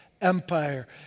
empire